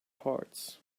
parts